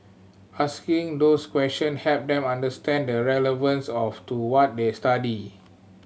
asking those question helped them understand the relevance of to what they study